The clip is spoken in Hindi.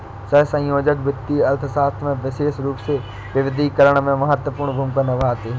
सहसंयोजक वित्तीय अर्थशास्त्र में विशेष रूप से विविधीकरण में महत्वपूर्ण भूमिका निभाते हैं